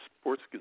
sports